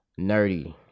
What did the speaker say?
nerdy